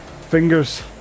fingers